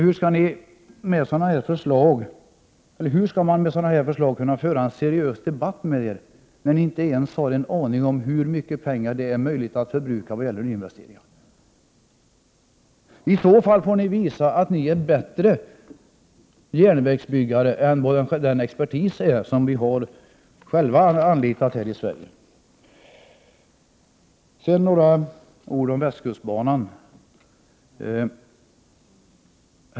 Hur skall man kunna föra en seriös debatt med er mot bakgrund av sådana förslag? Ni har inte ens en aning om hur mycket pengar det är möjligt att förbruka när det gäller nyinvesteringar. I så fall får ni visa att ni är bättre järnvägsbyggare än den expertis som vi har anlitat i Sverige. Vidare vill jag säga några ord om västkustbanan.